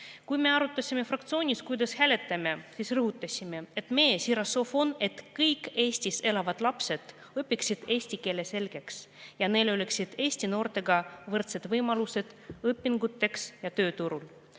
Kui me arutasime fraktsioonis, kuidas hääletame, siis rõhutasime, et meie siiras soov on, et kõik Eestis elavad lapsed õpiksid eesti keele selgeks ja neil oleksid eesti noortega võrdsed võimalused õpinguteks ja tööturul.